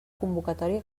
convocatòria